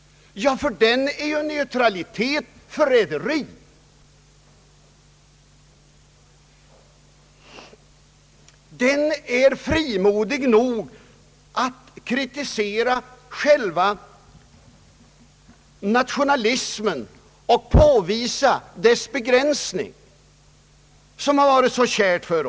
För den är neutralitet förräderi. Ungdomen är frimodig nog att kritisera själva nationalismen, som har varit så kär för oss, och påvisa dess begränsning.